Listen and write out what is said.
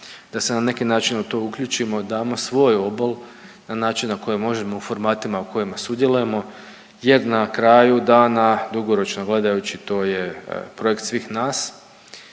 da se na neki način u to uključimo damo svoj obol na način na koji možemo u formatima u kojima sudjelujemo jer na kraju dana dugoročno gledajući to je projekt svih nas